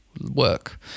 work